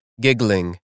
giggling